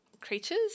Creatures